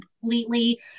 completely